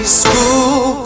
school